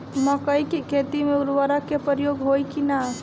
मकई के खेती में उर्वरक के प्रयोग होई की ना?